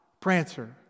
Prancer